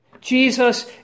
Jesus